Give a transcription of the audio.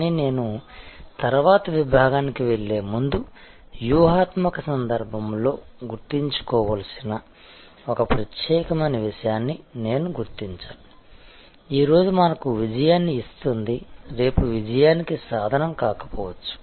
కానీ నేను తర్వాత విభాగానికి వెళ్ళే ముందు వ్యూహాత్మక సందర్భంలో గుర్తుంచుకోవలసిన ఒక ప్రత్యేకమైన విషయాన్ని నేను గుర్తించాలి ఈ రోజు మనకు విజయాన్ని ఇస్తుంది రేపు విజయానికి సాధనం కాకపోవచ్చు